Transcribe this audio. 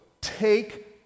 take